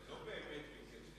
הוא לא באמת התנצל.